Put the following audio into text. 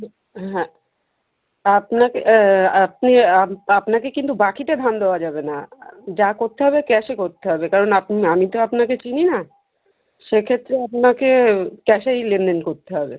হ্যাঁ আপনাকে আপনি আপ আপনাকে কিন্তু বাকিতে ধান দেওয়া যাবে না যা করতে হবে ক্যাশে করতে হবে কারণ আপনি আমি তো আপনাকে চিনি না সে ক্ষেত্রে আপনাকে ক্যাশেই লেনদেন করতে হবে